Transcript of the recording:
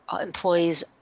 employees